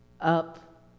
up